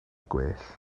gwell